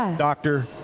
and doctor,